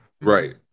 Right